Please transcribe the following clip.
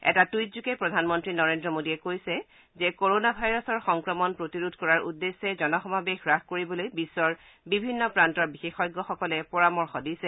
এটা টুইটযোগে প্ৰধানমন্ত্ৰী নৰেদ্ৰ মোদীয়ে কৈছে যে কৰোনা ভাইৰাছৰ সংক্ৰমণ প্ৰতিৰোধ কৰাৰ উদ্দেশ্যে জনসমাৱেশ হ্ৰাস কৰিবলৈ বিশ্বৰ বিভিন্ন প্ৰান্তৰ বিশেষজ্ঞসকলে পৰামৰ্শ দিছে